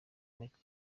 macye